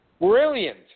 Brilliant